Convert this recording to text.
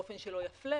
באופן שלא יפלה.